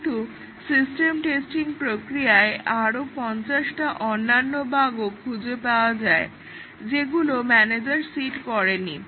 কিন্তু system testing প্রক্রিয়ায় আরো 50টা অন্যান্য বাগও খুঁজে পাওয়া যায় যেগুলো ম্যানেজার সিড করেনি